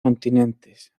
continentes